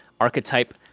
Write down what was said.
archetype